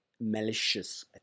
malicious